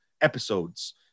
Episodes